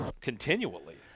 continually